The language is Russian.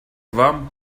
вам